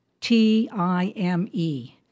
T-I-M-E